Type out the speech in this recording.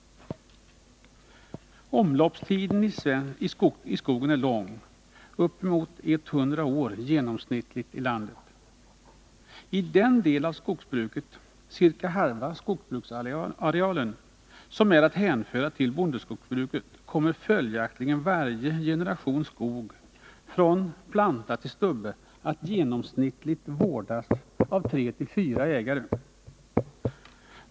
Omloppstiden i skogen är lång, uppemot 100 år genomsnittligt i landet. I den del av skogsbruket, ca halva skogsbruksarealen, som är att hänföra till bondeskogsbruket kommer följaktligen varje generation skog, från planta till stubbe, att genomsnittligt vårdas av tre fyra ägare.